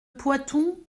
poitou